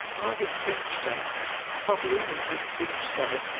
i would think so, i really would think so.